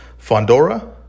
Fondora